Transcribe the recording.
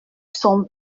son